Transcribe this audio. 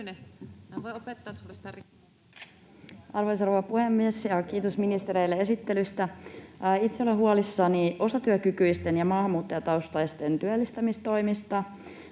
Arvoisa rouva puhemies! Kiitos ministereille esittelystä. Itse olen huolissani osatyökykyisten ja maahanmuuttajataustaisten työllistämistoimista.